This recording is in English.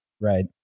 right